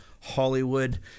Hollywood